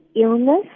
illness